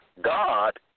God